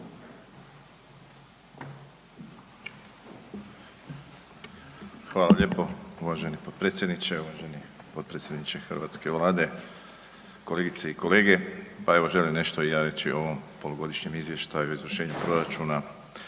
Hvala lijepo uvaženi potpredsjedniče, uvaženi potpredsjedniče hrvatske Vlade, kolegice i kolege. Pa evo, želim nešto i ja reći o ovom polugodišnjem izvještaju o izvršenju proračuna